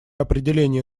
определения